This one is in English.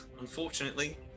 Unfortunately